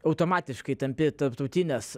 automatiškai tampi tarptautinės